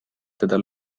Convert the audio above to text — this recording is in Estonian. teda